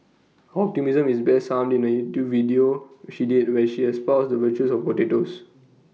optimism is best summed in YouTube video she did where she espoused the virtues of potatoes